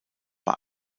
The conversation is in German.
bei